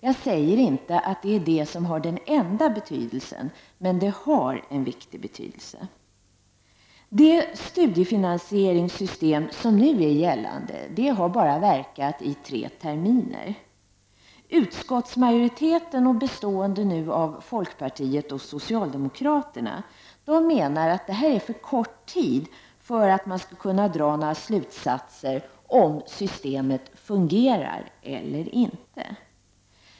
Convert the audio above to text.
Jag säger inte att det är det enda som har betydelse, men det har stor betydelse. Det studiefinansieringssystem som nu är gällande har bara verkat i tre terminer. Utskottsmajoriteten, bestående av folkpartiet och socialdemokraterna, menar att det är för kort tid för att man skall kunna dra några slutsatser om systemet fungerar eller inte.